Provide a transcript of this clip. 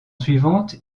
suivantes